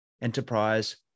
enterprise